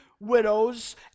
Widows